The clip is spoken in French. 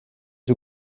les